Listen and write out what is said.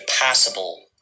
possible